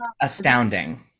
Astounding